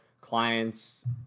clients